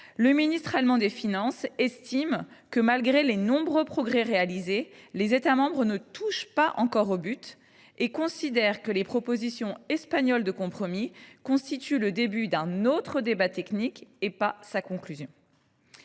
Le ministre allemand des finances estime que, malgré les nombreux progrès réalisés, les États membres ne touchent pas encore au but. Il considère que les propositions espagnoles de compromis constituent le début d’un autre débat technique, et non sa conclusion.